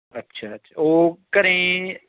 ਅੱਛਾ ਅੱਛਾ ਉਹ ਘਰ